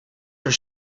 your